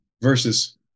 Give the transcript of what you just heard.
versus